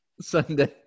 Sunday